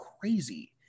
crazy